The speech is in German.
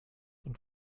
und